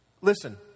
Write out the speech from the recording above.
Listen